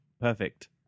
perfect